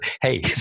Hey